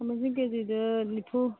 ꯈꯥꯃꯤꯟꯁꯤꯟ ꯀꯦ ꯖꯤꯗ ꯅꯤꯐꯨ